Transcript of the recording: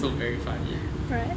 so very funny